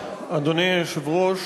אדוני היושב-ראש,